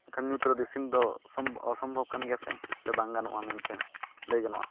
ᱵᱟᱠᱷᱟᱱ ᱧᱩᱛᱨᱮ ᱤᱥᱤᱱ ᱫᱚ ᱥᱚᱢ ᱚᱥᱚᱢᱵᱷᱚᱵ ᱠᱟᱱᱜᱮᱭᱟ ᱥᱮ ᱥᱮ ᱵᱟᱝᱜᱟᱱᱚᱜᱼᱟ ᱢᱮᱱᱛᱮ ᱞᱟᱹᱭ ᱜᱟᱱᱚᱜᱼᱟ